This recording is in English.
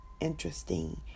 interesting